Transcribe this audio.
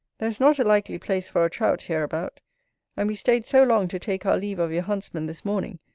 there is not a likely place for a trout hereabout and we staid so long to take our leave of your huntsmen this morning,